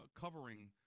covering